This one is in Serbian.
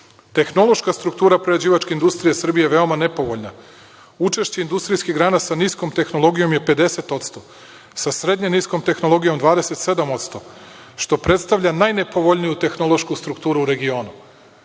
Tehnološka struktura prerađivačke industrije Srbija je veoma nepovoljna. Učešće industrijskih grana sa niskom tehnologijom je 50%, a sa srednje niskom tehnologijom 27%, što predstavlja najnepovoljniju tehnološku strukturu u region. Zato,